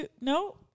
No